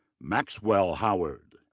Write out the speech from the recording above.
maxwell howard,